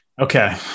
Okay